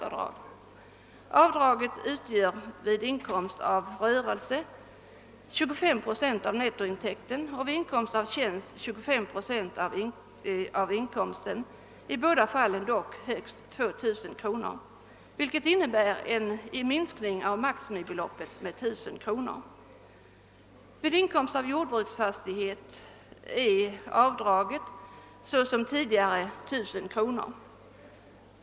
Avdraget utgör vid inkomst av rörelse 25 procent av nettointäkten och vid inkomst av tjänst 25 procent av inkomsten, i båda fallen dock högst 2 000 kr. vilket innebär en minskning av maximibeloppet med 1 000 kr. Vid inkomst av jordbruksfastighet är avdraget, såsom tidigare, 1000 kr.